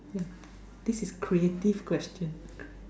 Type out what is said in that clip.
yeah this is creative question